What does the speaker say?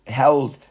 held